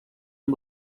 amb